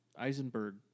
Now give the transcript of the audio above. Eisenberg